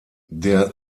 der